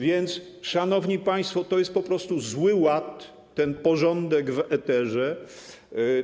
Więc, szanowni państwo, to jest po prostu zły ład, ten porządek w eterze.